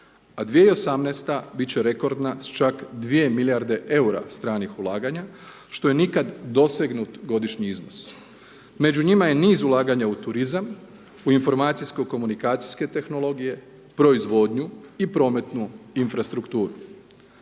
a 2018. biti će rekordna sa čak 2 milijarde eura stranih ulaganja što je nikad dosegnut godišnji iznos. Među njima je niz ulaganja u turizam, u informacijsko komunikacijske tehnologije, proizvodnju i prometnu infrastrukturu.